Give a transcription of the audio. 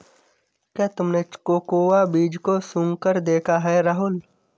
क्या तुमने कोकोआ बीज को सुंघकर देखा है राहुल?